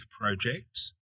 projects